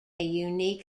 unique